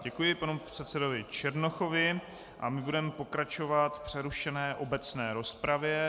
Děkuji panu předsedovi Černochovi budeme pokračovat v přerušené obecné rozpravě.